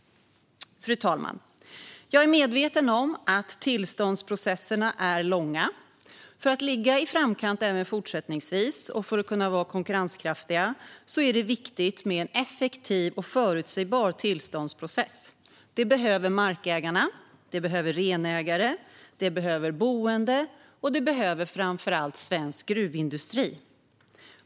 Fru talman! Jag är medveten om att tillståndsprocesserna är långa. För att vi även fortsättningsvis ska ligga i framkant och vara konkurrenskraftiga är det viktigt med en effektiv och förutsägbar tillståndsprocess. Det behöver markägare, renägare, boende och framför allt svensk gruvindustri.